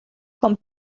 kommt